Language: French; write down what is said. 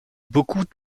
beaucoup